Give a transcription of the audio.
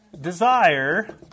desire